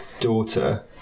daughter